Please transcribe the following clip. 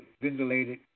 ventilated